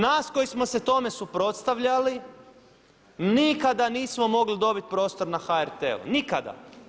Nas koji smo se tome suprotstavljali nikada nismo mogli dobiti prostor na HRT-u, nikada.